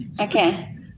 Okay